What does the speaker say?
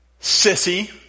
Sissy